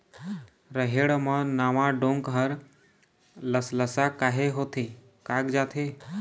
रहेड़ म नावा डोंक हर लसलसा काहे होथे कागजात हे?